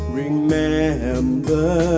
remember